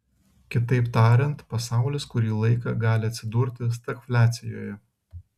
kitaip tariant pasaulis kurį laiką gali atsidurti stagfliacijoje